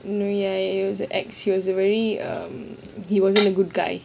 ya ya he was her ex he was a very um he wasn't a good guy